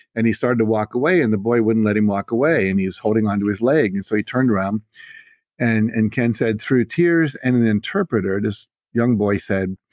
and he started to walk away and the boy wouldn't let him walk away, and he was holding on to his leg and so he turned around and and ken said through tears and an interpreter this young boy said,